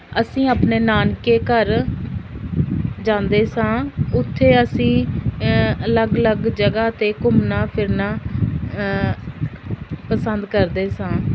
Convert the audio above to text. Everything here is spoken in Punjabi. ਅਸੀਂ ਆਪਣੇ ਨਾਨਕੇ ਘਰ ਜਾਂਦੇ ਸਾਂ ਉੱਥੇ ਅਸੀਂ ਅਲੱਗ ਅਲੱਗ ਜਗ੍ਹਾ 'ਤੇ ਘੁੰਮਣਾ ਫਿਰਨਾ ਪਸੰਦ ਕਰਦੇ ਸਾਂ